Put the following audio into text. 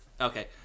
Okay